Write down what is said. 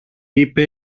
είπε